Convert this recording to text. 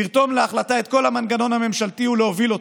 לרתום להחלטה את כל המנגנון הממשלתי ולהוביל אותו.